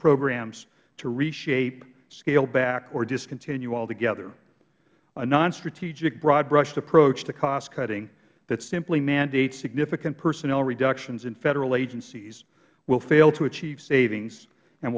programs to reshape scale back or discontinue altogether a nonstrategic broadbrushed approach to cost cutting that simply mandates significant personnel reductions in federal agencies will fail to achieve savings and